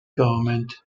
government